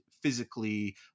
physically